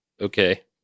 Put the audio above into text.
Okay